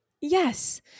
Yes